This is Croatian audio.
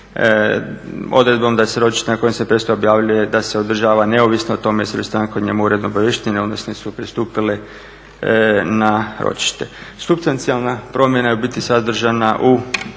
Odredbom da se ročište na kojem se presuda objavljuje da se održava neovisno o tome …/Govornik se ne razumije./… uredno obaviještene, odnosno su pristupile na ročište. Supstancijalna promjena je u biti sadržana u